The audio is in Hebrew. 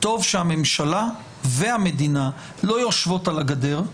טוב שהממשלה והמדינה לא יושבות על הגדר,